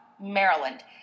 Maryland